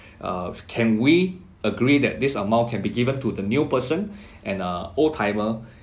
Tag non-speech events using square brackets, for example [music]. uh can we agree that this amount can be given to the new person [breath] and uh old timer